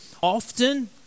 often